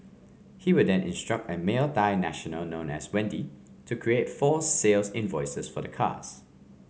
he would then instruct a male Thai national known as Wendy to create false sales invoices for the cars